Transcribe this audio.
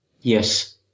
Yes